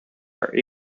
are